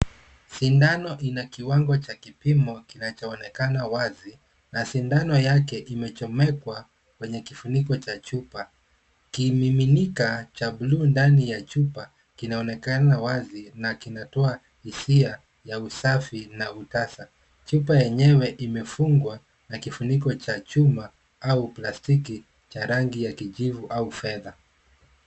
Sindano ina kiwango cha kipimo kinachoonekana wazi na sindano yake imechomekwa kwenye kifuniko cha chupa. Kimiminika cha buluu ndani ya chupa kinaonekana wazi na kinatoa hisia ya usafi na utasa. Chupa yenyewe imefungwa na kifuniko cha chuma au plastiki cha rangi ya kijivu au fedha.